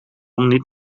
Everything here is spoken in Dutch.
niet